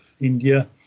India